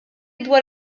dwar